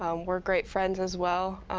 um we're great friends as well.